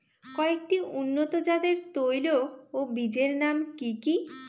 কয়েকটি উন্নত জাতের তৈল ও বীজের নাম কি কি?